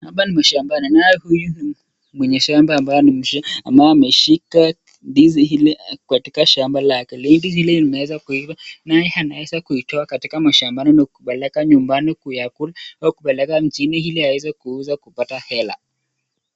Hapa ni mashambani, naye huyu ni mwenye shamba ambaye ameshika ndizi hili katika shamba lake. Ndizi hili limeweza kuiva naye anaweza kuitoa kutoka shambani kupeleka nyumbani ili kuyakula au kupeleka mjini kuuza ili kupata hela.